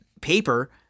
paper